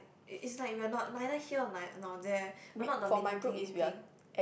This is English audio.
it it's like we're not neither here n~ nor there we are not dominating anything